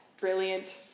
brilliant